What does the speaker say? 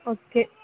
okay